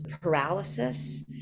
paralysis